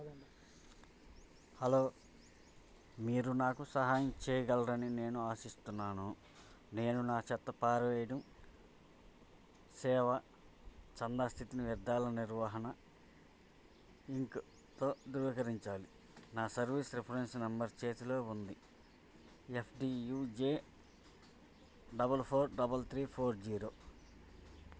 hello మీరు నాకు సహాయం చేయగలరని నేను ఆశిస్తున్నాను నేను నా చెత్త పారవేయడం సేవ చందా స్థితిని వ్యర్థాల నిర్వహణ ఇంక్తో ధృవీకరించాలి నా సర్వీస్ రిఫరెన్స్ నంబర్ చేతిలో ఉంది F D U J double four double three four zero